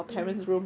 mm